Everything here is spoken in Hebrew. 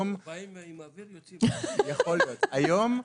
היום אני